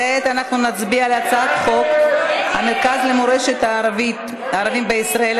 כעת אנחנו נצביע על הצעת חוק המרכז למורשת הערבים בישראל,